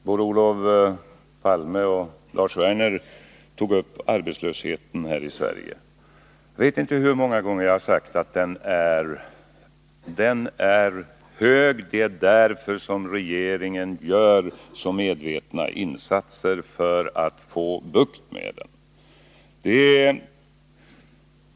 Herr talman! Både Olof Palme och Lars Werner tog upp arbetslösheten häri Sverige. Jag vet inte hur många gånger jag har sagt att den är hög. Det är därför som regeringen gör så medvetna insatser för att få bukt med den.